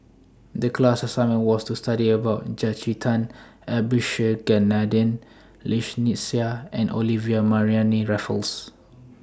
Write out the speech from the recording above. The class assignment was to study about Jacintha Abisheganaden Lynnette Seah and Olivia Mariamne Raffles